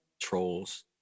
trolls